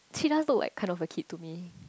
she does look like kind of a kid to me